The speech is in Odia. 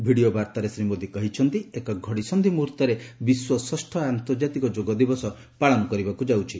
ଭିଡ଼ିଓ ବାର୍ତ୍ତାରେ ଶ୍ରୀ ମୋଦୀ କହିଛନ୍ତି ଏକ ଘଡ଼ିସନ୍ଧି ମୁହୂର୍ତ୍ତରେ ବିଶ୍ୱ ଷଷ୍ଠ ଆନ୍ତର୍ଜାତିକ ଯୋଗ ଦିବସ ପାଳନ କରିବାକୁ ଯାଉଛି